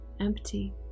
Empty